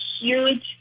huge